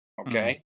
okay